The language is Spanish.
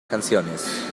canciones